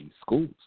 schools